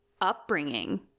upbringing